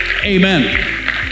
amen